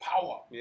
power